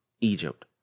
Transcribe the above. Egypt